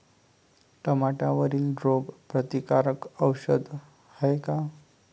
टमाट्यावरील रोग प्रतीकारक औषध हाये का?